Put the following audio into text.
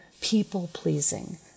people-pleasing